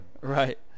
Right